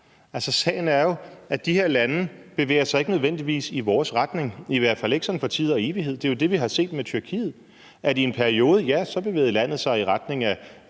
sagen er jo, at de her lande ikke nødvendigvis bevæger sig i vores retning, i hvert fald ikke for tid og evighed. Det er jo det, vi har set med Tyrkiet. I en periode bevægede landet sig i retning af